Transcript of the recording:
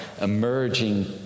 emerging